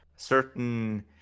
Certain